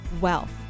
wealth